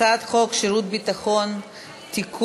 הצעת חוק שירות ביטחון (תיקון,